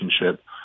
relationship